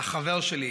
לחבר שלי: